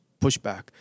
pushback